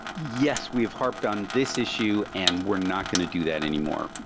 yes, we've harped on this issue and we're not going to do that anymore,